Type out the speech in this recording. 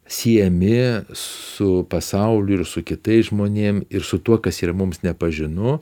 siejami su pasauliu ir su kitais žmonėm ir su tuo kas yra mums nepažinu